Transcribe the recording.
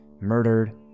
murdered